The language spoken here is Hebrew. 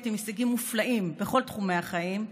עם הישגים מופלאים בכל תחומי החיים,